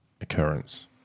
occurrence